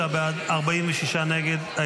35 בעד, 46 נגד.